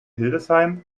hildesheim